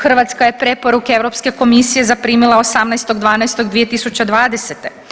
Hrvatska je preporuke Europske komisije zaprimila 18.12.2020.